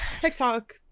TikTok